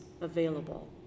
available